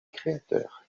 créateur